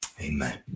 Amen